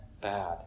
bad